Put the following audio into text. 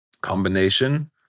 combination